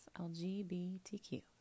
LGBTQ